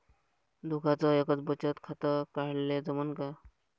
दोघाच एकच बचत खातं काढाले जमनं का?